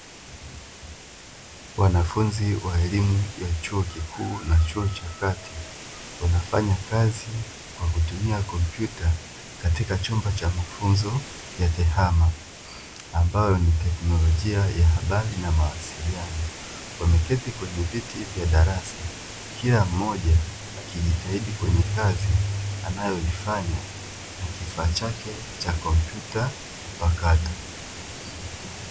Wanafunzi wa elimu ya chuo kikuu na chuo cha kati wanafanya kazi kwa kutumia kompyuta katika chumba cha mafunzo ya tehama, ambayo ni teknolojia ya habari na mawasiliano. Wameketi kwenye viti vya darasa, kila mmoja akijitahidi kwenye kazi anayoifanya na kifaa chake cha kompyuta mpakato.